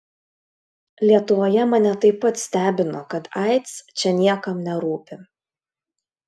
lietuvoje mane taip pat stebino kad aids čia niekam nerūpi